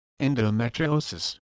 Endometriosis